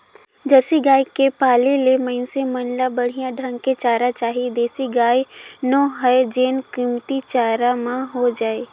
Jersey गाय के पाले ले मइनसे मन ल बड़िहा ढंग के चारा चाही देसी गाय नो हय जेन कमती चारा म हो जाय